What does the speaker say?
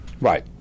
Right